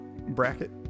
bracket